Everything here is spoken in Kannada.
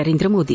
ನರೇಂದ್ರ ಮೋದಿ